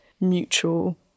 mutual